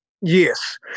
Yes